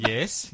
Yes